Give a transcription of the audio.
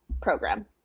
program